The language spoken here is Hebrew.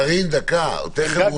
קארין, דקה, הוא תיכף עולה.